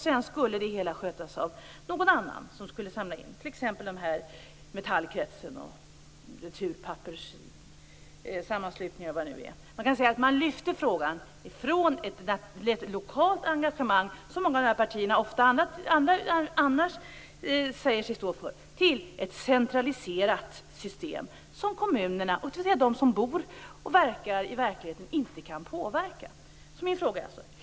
Sedan skulle det hela skötas av någon annan som skulle samla in, t.ex. Metallkretsen eller returpapperssammanslutningar. Man kan säga att frågan lyftes från ett lokalt engagemang, som många av de här partierna annars ofta säger sig stå för, till ett centraliserat system som de som bor och verkar i verkligheten inte kan påverka.